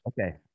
Okay